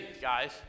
guys